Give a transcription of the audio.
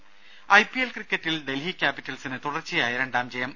രമേ ഐപിഎൽ ക്രിക്കറ്റിൽ ഡൽഹി ക്യാപ്പിറ്റൽസിന് തുടർച്ചയായ രണ്ടാം ജയം